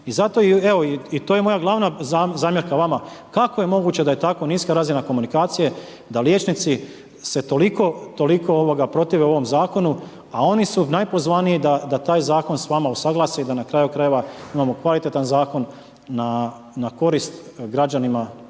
to je moja glavna zamjerka vama. Kako je moguće da je tako niska razina komunikacije da liječnici se toliko protive ovom Zakonu, a oni su najpozvaniji da taj Zakon s vama usaglase i da na kraju krajeva imamo kvalitetan Zakon na korist građanima